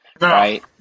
Right